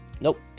Nope